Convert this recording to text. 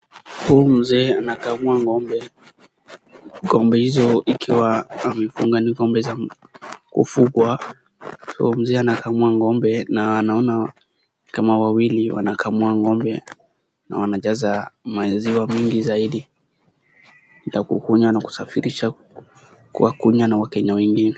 Huyu mzee anakamua ng'ombe, ng'ombe hizo zikiwa ni ng'ombe za kufugwa, huyu mzee anakamua ng'ombe na naona kama wawili wanakamua ng'ombe na wanajaza maziwa mingi zaidi ya kukunywa na kusafirisha kwa kunywa na wakenya wengine.